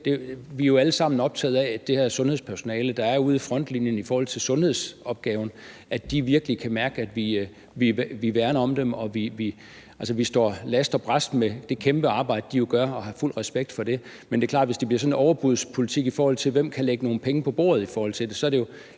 Vi er jo alle sammen optaget af, at det sundhedspersonale, der er ude i frontlinjen i forhold til sundhedsopgaven, virkelig kan mærke at vi værner om dem, og at vi står last og brast med dem i det kæmpe arbejde, de gør, og har fuld respekt for det, men det er klart, at hvis der bliver tale om sådan en overbudspolitik, i forhold til hvem der kan lægge nogle penge på bordet i den forbindelse, så er det jo